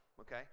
okay